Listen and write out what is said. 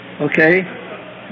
Okay